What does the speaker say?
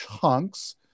chunks